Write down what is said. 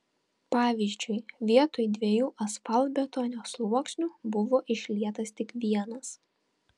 pavyzdžiui vietoj dviejų asfaltbetonio sluoksnių buvo išlietas tik vienas